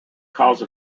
cause